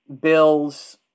Bills